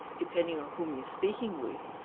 depending on whom you're speaking with.